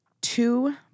Two